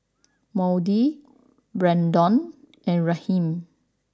Maude Braydon and Raheem